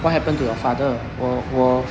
what happened to your father 我我